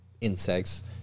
insects